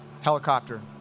Helicopter